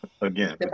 Again